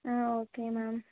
ah okay ma'am